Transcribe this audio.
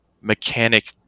mechanic